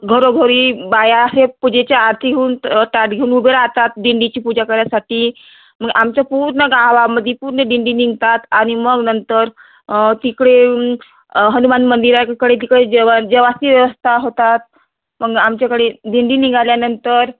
घरोघरी बाया हे पूजेच्या आरती घेऊन ताट घेऊन उभे रातात दिंडीची पूजा करायसाठी मग आमचं पूर्ण गावामध्ये पूर्ण दिंडी निघतात आणि मग नंतर तिकडे हनुमान मंदिराकडे तिकडे जेवा जेवायची व्यवस्था होतात मग आमच्याकडे दिंडी निघाल्यानंतर